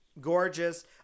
gorgeous